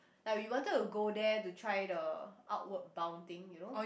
like we wanted to go there to try the outward bound thing you know